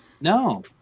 No